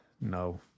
No